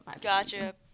Gotcha